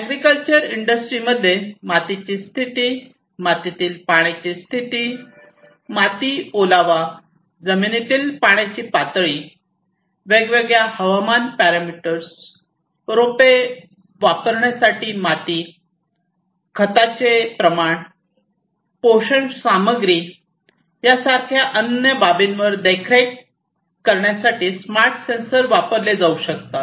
agriculture industry मध्ये मातीची स्थिती मातीतील पाण्याची स्थिती माती ओलावा जमिनीतील पाण्याची पातळी वेगवेगळ्या हवामान पॅरामीटर्स रोपे वापरण्यासाठी माती खताचे प्रमाण पोषण सामग्री यासारख्या अन्य बाबींवर देखरेखीसाठी स्मार्ट सेन्सर वापरले जाऊ शकतात